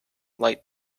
light